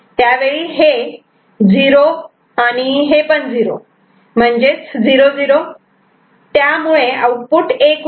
त्यावेळी हे '0' आणि आणि हे पण '0' म्हणजेच 0 0 त्यामुळे आउटपुट 1 होते